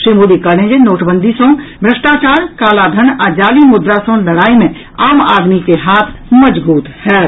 श्री मोदी कहलनि जे नोटबंदी सँ भ्रष्टाचार कालाधन आ जाली मुद्रा सँ लड़ाई मे आम आदमी के हाथ मजगूत होयत